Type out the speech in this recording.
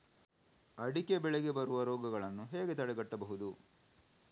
ಅಡಿಕೆ ಬೆಳೆಗೆ ಬರುವ ರೋಗಗಳನ್ನು ಹೇಗೆ ತಡೆಗಟ್ಟಬಹುದು?